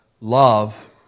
love